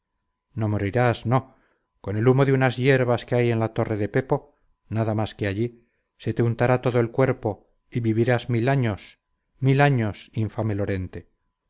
no morirás no con el zumo de unas hierbas que hay en la torre de pepo nada más que allí se te untará todo el cuerpo y vivirás mil años mil años infame lorente